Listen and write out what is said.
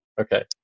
Okay